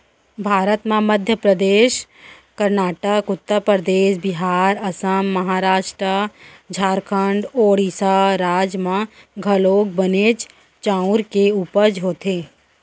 भारत म मध्य परदेस, करनाटक, उत्तर परदेस, बिहार, असम, महारास्ट, झारखंड, ओड़ीसा राज म घलौक बनेच चाँउर के उपज होथे